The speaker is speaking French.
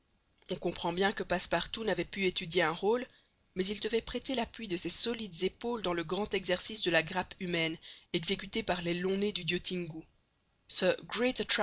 on comprend bien que passepartout n'avait pu étudier un rôle mais il devait prêter l'appui de ses solides épaules dans le grand exercice de la grappe humaine exécuté par les longs nez du dieu tingou ce